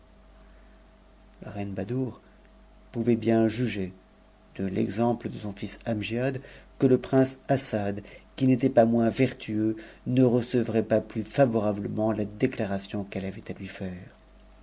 pouvait bien juger de l'exemple de son fils amgiad que le prince assad qui n'était pas moins vertueux ne recevrait pas plus favorablement la déclaration qu'eue avait lui faire